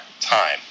Time